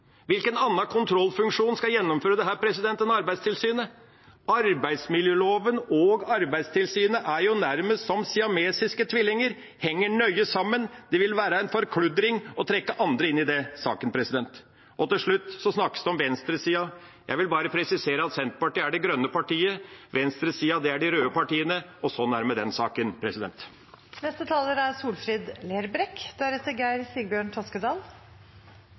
Hvilken annen kontrollfunksjon skal gjennomføre dette enn Arbeidstilsynet? Arbeidsmiljøloven og Arbeidstilsynet er jo nærmest som siamesiske tvillinger og henger nøye sammen. Det vil være en forkludring å trekke andre inn i den saken. Og til slutt – det snakkes om venstresida. Jeg vil bare presisere at Senterpartiet er det grønne partiet. Venstresida er de røde partiene. Sånn er det med den saken.